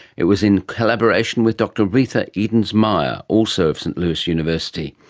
it was in collaboration with dr retha edens-meier, also of st louis university.